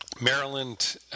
Maryland